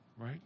Right